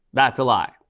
that's a lie.